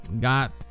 got